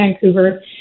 Vancouver